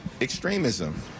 extremism